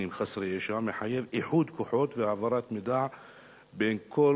חסרי ישע מחייב איחוד כוחות והעברת מידע בין כל